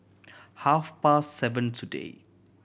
half past seven today